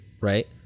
right